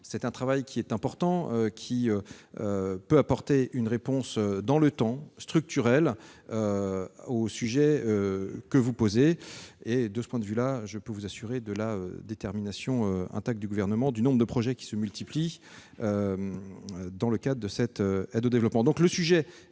mené sur ce sujet pourrait permettre d'apporter une réponse dans le temps, structurelle, au sujet que vous posez. De ce point de vue, je peux vous assurer de la détermination intacte du Gouvernement, comme l'indique le nombre de projets qui se multiplient dans le cadre de cette aide au développement.